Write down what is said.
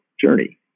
journey